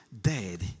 dead